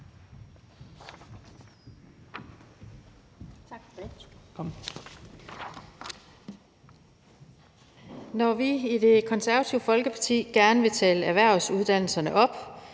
Da vi i Det Konservative Folkeparti gerne vil tale erhvervsuddannelserne op,